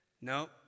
no